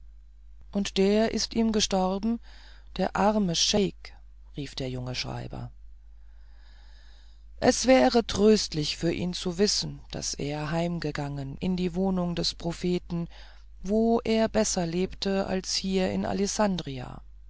und der ist ihm gestorben der arme scheik rief der junge schreiber es wäre tröstlich für ihn zu wissen daß er heimgegangen in die wohnungen des propheten wo er besser lebte als hier in alessandria